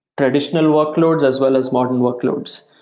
traditional workloads, as well as modern workloads.